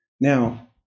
Now